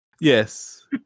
Yes